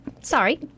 Sorry